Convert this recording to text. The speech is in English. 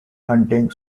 hunting